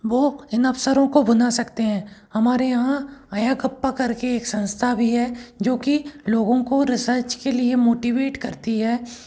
वो इन अवसरों को बना सकते हैं हमारे यहाँ अयाकप्पा कर के एक संस्ता भी है जो कि लोगों को रिसर्च के लिए मोटीवेट करती है